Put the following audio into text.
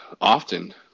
often